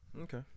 Okay